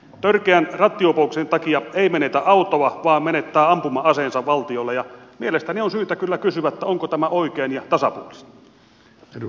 törkeän rattijuopumuksen takia ei menetä autoa vaan menettää ampuma aseensa valtiolle ja mielestäni on syytä kyllä kysyä onko tämä oikein ja tasapuolista